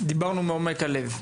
דיברנו מעומק הלב.